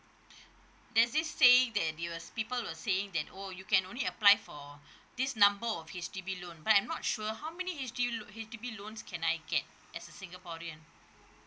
there's this saying that it was people were saying that oh you can only apply for this number of H_D_B loan but I'm not sure how many H_D_B loa~ H_D_B loans can I get as a singaporean